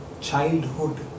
childhood